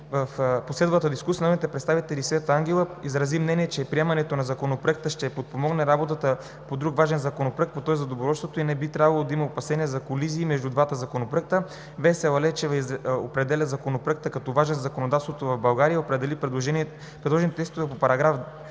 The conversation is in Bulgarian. В последвалата дискусия народната представителка Светлана Ангелова изрази мнение, че приемането на Законопроекта ще подпомогне работата по друг важен законопроект, този за доброволчеството, и не би трябвало да има опасения за колизии между двата законопроекта. Весела Лечева определи Законопроекта като важен за законодателството в България и отправи предложение текстовете по параграфи